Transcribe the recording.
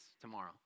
tomorrow